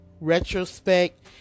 retrospect